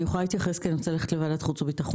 אני יכולה להתייחס כי אני צריכה ללכת חוץ וביטחון?